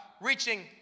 reaching